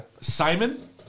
Simon